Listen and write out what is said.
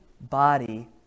body